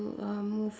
uh move